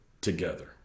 together